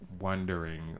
wondering